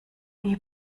wie